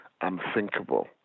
unthinkable